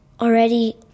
already